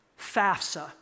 FAFSA